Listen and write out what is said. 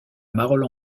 marolles